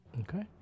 Okay